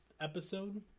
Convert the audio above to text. episode